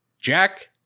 Jack